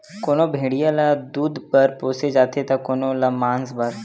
कोनो भेड़िया ल दूद बर पोसे जाथे त कोनो ल मांस बर